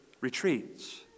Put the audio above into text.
retreats